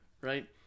right